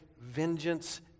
vengeance